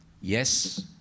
yes